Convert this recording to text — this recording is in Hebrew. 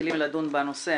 מתחילים לדון בנושא,